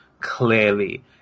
clearly